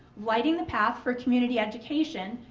lighting the path for community education,